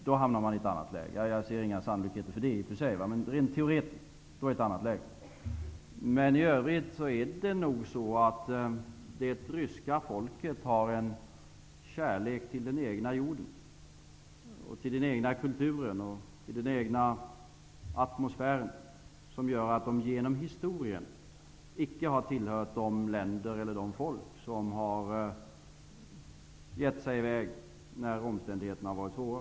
Då är man i ett annat läge. Jag ser i och för sig inga sannolikheter för det, men rent teoretiskt är det möjligt. Då är det ett annat läge. I övrigt är det nog så att det ryska folket har en kärlek till den egna jorden, den egna kulturen och den egna atmosfären, som gör att de genom historien icke har tillhört de folk som gett sig i väg när omständigheterna har varit svåra.